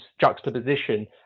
juxtaposition